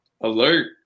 Alert